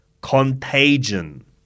Contagion